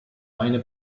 meine